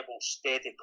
steady